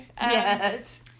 Yes